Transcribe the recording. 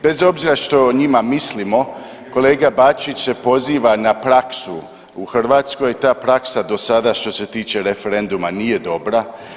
Bez obzira što o njima mislimo kolega Bačić se poziva na praksu u Hrvatskoj, ta praksa do sada što se tiče referenduma nije dobra.